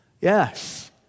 Yes